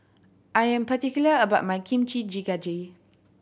I am particular about my Kimchi Jjigae